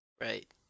Right